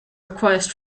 request